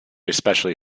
especially